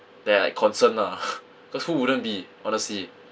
they're like concerned ah cause who wouldn't be honestly